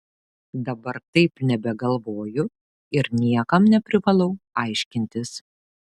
dabar taip nebegalvoju ir niekam neprivalau aiškintis